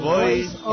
Voice